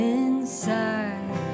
inside